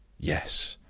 yes.